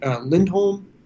Lindholm